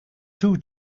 two